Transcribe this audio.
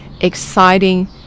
exciting